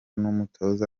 n’umutoza